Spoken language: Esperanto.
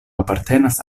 apartenas